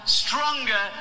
stronger